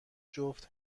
جفت